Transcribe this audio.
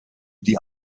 die